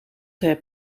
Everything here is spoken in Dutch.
heb